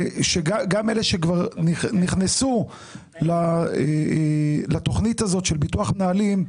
גם אלה שנכנסו לתוכנית הזאת של ביטוח מנהלים,